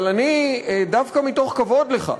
אבל דווקא מתוך כבוד לך,